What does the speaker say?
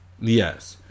Yes